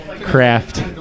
craft